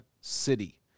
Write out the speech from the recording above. city